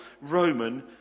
Roman